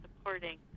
supporting